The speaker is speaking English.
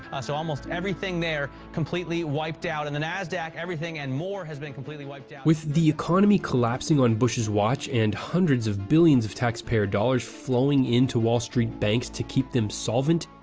so almost everything there completely wiped out. and the nasdaq everything and more has been completely wiped out. with the economy collapsing on bush's watch, and hundreds of billions of taxpayer dollars flowing into wall street banks to keep them solvent,